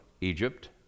Egypt